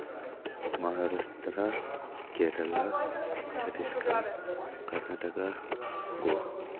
Maharashtra Kerala Chhattisgarh Karnataka Goa